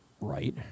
right